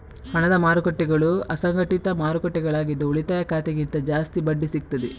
ಹಣದ ಮಾರುಕಟ್ಟೆಗಳು ಅಸಂಘಟಿತ ಮಾರುಕಟ್ಟೆಗಳಾಗಿದ್ದು ಉಳಿತಾಯ ಖಾತೆಗಿಂತ ಜಾಸ್ತಿ ಬಡ್ಡಿ ಸಿಗ್ತದೆ